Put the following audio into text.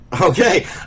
Okay